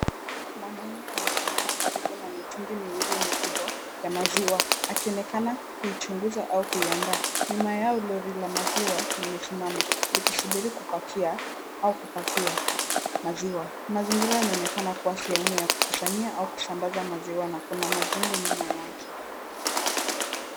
Mwanamume amesimama karibu na mitungi miwili mikubwa ya maziwa akionekana kuichunguza au kuiandaa. Nyuma yao lori la maziwa limesimama likisubiri kupackia au kupackiwa maziwa. Mazingira inaonekana kuwa sehemu yakukusanyia au kusambaza maziwa na kuna majengo nyuma yake.